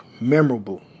memorable